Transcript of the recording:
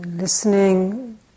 listening